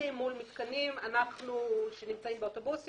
כרטיסים מול מתקנים שנמצאים באוטובוסים.